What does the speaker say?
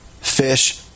fish